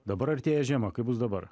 dabar artėja žiema kaip bus dabar